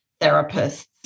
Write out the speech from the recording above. therapists